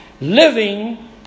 living